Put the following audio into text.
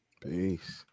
Peace